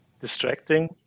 distracting